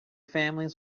families